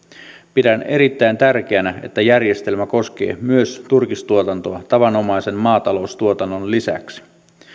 pidän erittäin tärkeänä että järjestelmä koskee myös turkistuotantoa tavanomaisen maataloustuotannon lisäksi